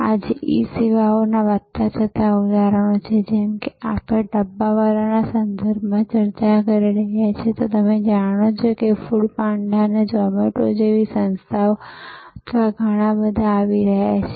આજે ઇ સેવાઓના વધતા જતા ઉદાહરણો છે જેમ કે આપણે ડબ્બાવાલાઓના સંદર્ભમાં ચર્ચા કરી રહ્યા છીએ જે તમે જાણો છો કે ફૂડ પાંડા અથવા ઝોમેટો જેવી સંસ્થાઓ અથવા ઘણી બધી આવી રહી છે